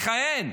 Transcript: מכהן.